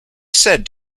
said